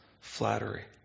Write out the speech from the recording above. flattery